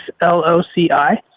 L-O-C-I